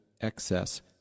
excess